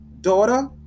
daughter